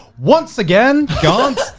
once again, garnt.